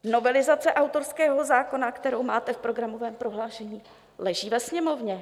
Novelizace autorského zákona, kterou máte v programovém prohlášení, leží ve Sněmovně.